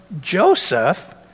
Joseph